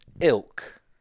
ilk